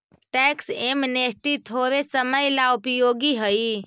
tax amnesty थोड़े समय ला उपयोगी हई